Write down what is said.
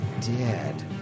dead